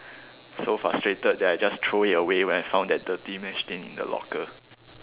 so frustrated that I just throw it away when I found that dirty mess tin in the locker